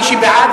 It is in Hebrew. מי שבעד,